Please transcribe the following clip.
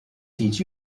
teach